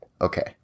okay